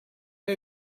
are